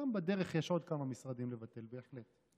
ובדרך יש עוד כמה משרדים לבטל, בהחלט.